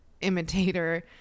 imitator